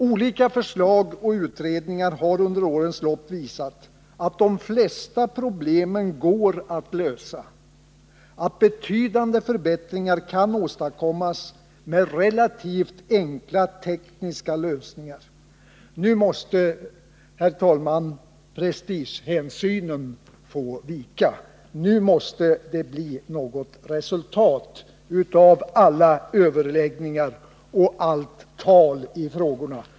Olika förslag och utredningar har under årens lopp visat att de flesta problemen går att lösa och att betydande förbättringar kan åstadkommas med relativt enkla tekniska lösningar. Nu måste prestigehänsynen få vika. Nu måste det bli något resultat av alla överläggningar och allt tal i dessa frågor.